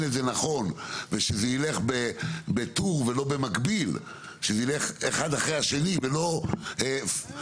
את זה נכון ושזה ילך בטור ולא במקביל אלא אחד אחרי השני ולא תזמורת